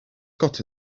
got